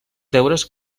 deures